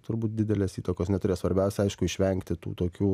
turbūt didelės įtakos neturės svarbiausia aišku išvengti tų tokių